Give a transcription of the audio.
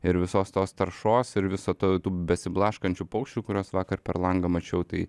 ir visos tos taršos ir viso to tų besiblaškančių paukščių kuriuos vakar per langą mačiau tai